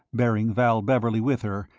bearing val beverley with her,